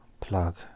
plug